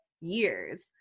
years